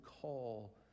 call